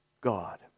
God